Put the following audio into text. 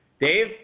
Dave